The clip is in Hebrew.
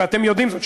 ואתם יודעים זאת.